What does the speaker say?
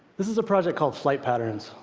this is a project called flight patterns.